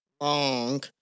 long